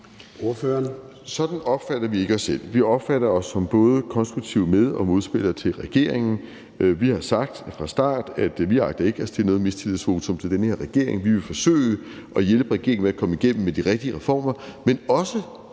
Sådan opfatter vi ikke os selv. Vi opfatter os både som konstruktive med- og modspillere til regeringen. Vi har sagt fra starten, at vi ikke agter at stille noget mistillidsvotum til den her regering. Vi vil forsøge at hjælpe regeringen med at komme igennem med de rigtige reformer, men også